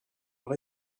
leur